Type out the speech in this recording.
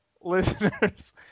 listeners